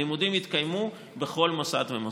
הלימודים יתקיימו בכל מוסד ומוסד.